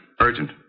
urgent